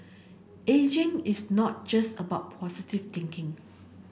ageing is not just about positive thinking